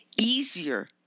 easier